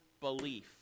belief